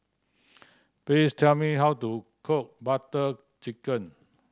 please tell me how to cook Butter Chicken